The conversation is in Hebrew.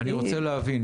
אני רוצה להבין,